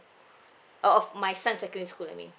oh of my son's secondary school I mean